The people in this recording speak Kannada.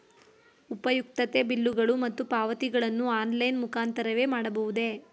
ಉಪಯುಕ್ತತೆ ಬಿಲ್ಲುಗಳು ಮತ್ತು ಪಾವತಿಗಳನ್ನು ಆನ್ಲೈನ್ ಮುಖಾಂತರವೇ ಮಾಡಬಹುದೇ?